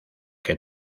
que